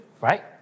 right